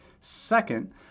Second